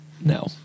No